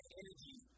energy